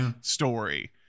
story